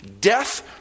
death